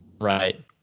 right